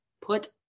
put